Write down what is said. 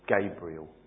Gabriel